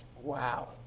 Wow